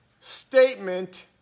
statement